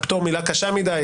פטור מילה קשה מדי,